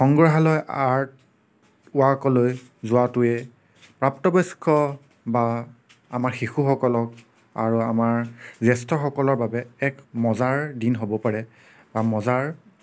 সংগ্ৰহালয় আৰ্ট ৱাকলৈ যোৱাটোৱে প্ৰাপ্তবয়স্ক বা আমাৰ শিশুসকলক আৰু আমাৰ জেষ্ঠ্যসকলৰ বাবে এক মজাৰ দিন হ'ব পাৰে বা মজাৰ